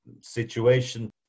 situation